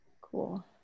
Cool